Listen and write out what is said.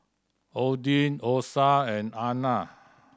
Odin Osa and Ana